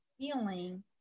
feeling